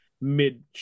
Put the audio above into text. mid